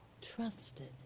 trusted